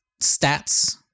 stats